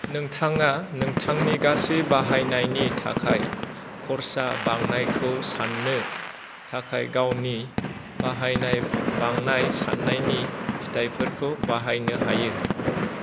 नोंथाङा नोंथांनि गासै बाहायनायनि थाखाय खरसा बांनायखौ साननो थाखाय गावनि बाहायनाय बांनाय साननायनि फिथायफोरखौ बाहायनो हायो